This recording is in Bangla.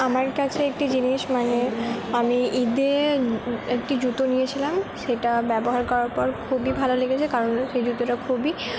আমার কাছে একটি জিনিস মানে আমি ঈদে একটি জুতো নিয়েছিলাম সেটা ব্যবহার করার পর খুবই ভালো লেগেছে কারণ সেই জুতোটা খুবই